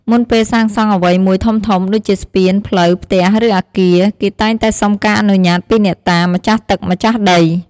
មុនពេលសាងសង់អ្វីមួយធំៗ ដូចជាស្ពាន ផ្លូវ ផ្ទះ ឬអគារ គេតែងតែសុំការអនុញ្ញាតពីអ្នកតា ម្ចាស់ទឹកម្ចាស់ដី។